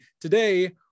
today